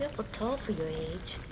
look tall for your age.